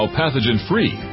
pathogen-free